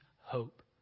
hope